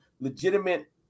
legitimate